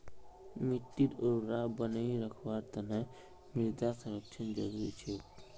मिट्टीर उर्वरता बनई रखवार तना मृदा संरक्षण जरुरी छेक